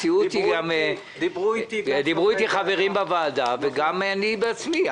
דיברו איתי חברים בוועדה וגם אני בעצמי.